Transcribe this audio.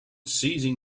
seizing